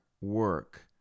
work